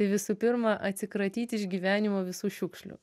visų pirma atsikratyt iš gyvenimo visų šiukšlių